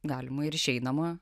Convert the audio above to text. galima ir išeinama